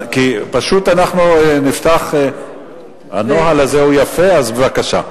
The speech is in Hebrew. פשוט אנחנו נפתח, הנוהל הזה הוא יפה, אז בבקשה.